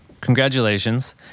congratulations